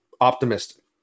optimistic